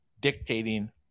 dictating –